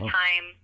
time